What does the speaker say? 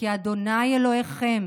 'כי ה' אלֹהיכם